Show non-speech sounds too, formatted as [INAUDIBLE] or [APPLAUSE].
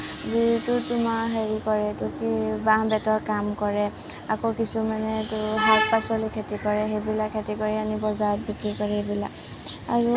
[UNINTELLIGIBLE] তোমাৰ হেৰি কৰে বাঁহ বেতৰ কাম কৰে আকৌ কিছুমানেতো শাক পাচলি খেতি কৰে সেইবিলাক খেতি কৰি আনি বজাৰত বিক্ৰী কৰি